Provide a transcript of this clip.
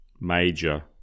major